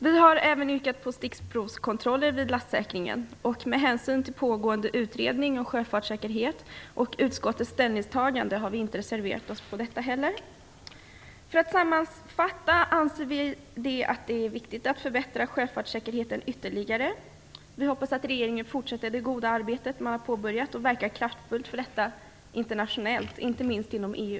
Vi har även yrkat på att man skall genomföra stickprovskontroller vid lastsäkringen. Med hänsyn till den pågående utredningen om sjöfartssäkerheten och utskottets ställningstagande har vi inte heller här reserverat oss. Sammanfattningsvis anser vi att det är viktigt att förbättra sjöfartssäkerheten ytterligare. Vi hoppas att regeringen fortsätter det goda arbete den har påbörjat och verkar kraftfullt för detta internationellt, inte minst inom EU.